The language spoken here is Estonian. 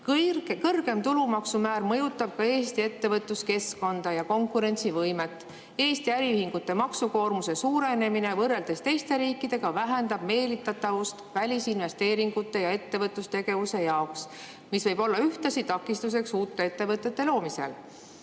Kõrgem tulumaksu määr mõjutab ka Eesti ettevõtluskeskkonda ja konkurentsivõimet. Eesti äriühingute maksukoormuse suurenemine võrreldes teiste riikide omaga vähendab meelitatavust välisinvesteeringute ja ettevõtlustegevuse jaoks, mis võib olla ühtlasi takistuseks uute ettevõtete loomisel.